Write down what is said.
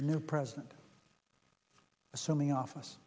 the new president assuming office